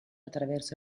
attraverso